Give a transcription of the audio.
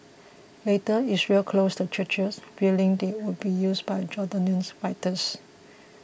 later Israel closed the churches fearing they would be used by Jordanian fighters